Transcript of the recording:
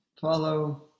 follow